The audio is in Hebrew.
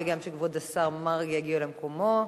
וגם שכבוד השר מרגי יגיע למקומו.